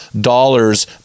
dollars